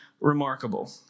remarkable